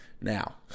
Now